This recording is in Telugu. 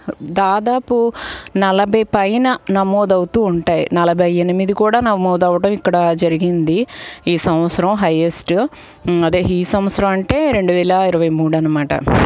దాదాపు నలభై పైన నమోడు అవుతు ఉంటాయి నలభై ఎనిమిది కూడా నమోదు అవ్వటం ఇక్కడ జరిగింది ఈ సంవత్సరం హైయెస్ట్ అదే ఈ సంవత్సరం అంటే రెండు వేల ఇరవై మూడు అన్నమాట